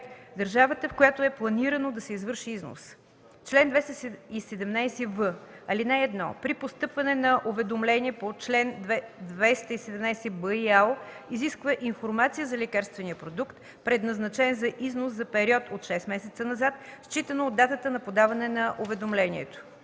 държавата, в която е планирано да се извърши износ. Чл. 217в. (1) При постъпване на уведомление по чл. 217б ИАЛ изисква информация за лекарствения продукт, предназначен за износ за период от шест месеца назад, считано от датата на подаване на уведомлението: